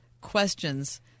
questions